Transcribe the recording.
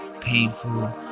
painful